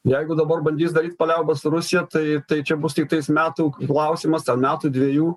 jeigu dabar bandys daryt paliaubas su rusija tai tai čia bus tiktais metų klausimas ten metų dvejų